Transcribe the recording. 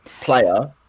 player